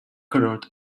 colored